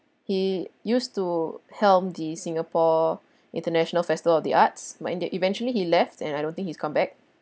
he used to helm the singapore international festival of the arts might it then eventually he left and I don't think he's come back